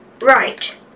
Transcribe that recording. right